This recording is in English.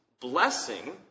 blessing